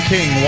King